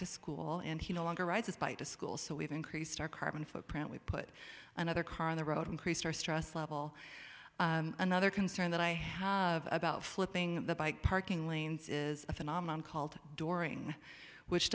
to school and he no longer rides his bike to school so we've increased our carbon footprint we put another car on the road increased our stress level another concern that i had about flipping the bike parking lanes is a phenomenon called during which